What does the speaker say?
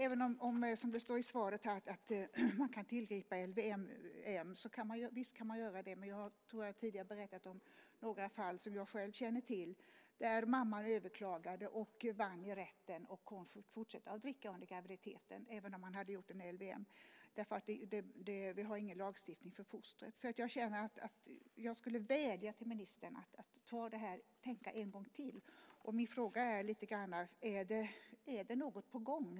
Även om, som det står i svaret, man kan tillgripa LVM - visst kan man göra det - tror jag att jag tidigare har berättat om några fall som jag själv känner till där mamman överklagade, vann i rätten och kunde fortsätta att dricka under graviditeten, även om man hade använt sig av LVM. Vi har ingen lagstiftning för fostret. Så jag skulle vilja vädja till ministern att tänka en gång till. Min fråga är om det är något på gång.